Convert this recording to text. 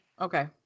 Okay